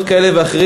ראש הממשלה הנוכחי,